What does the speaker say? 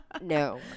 No